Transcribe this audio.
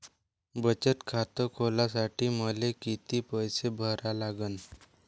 बचत खात खोलासाठी मले किती पैसे भरा लागन?